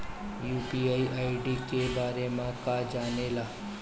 UPI ID के बारे में का जाने ल?